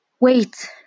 Wait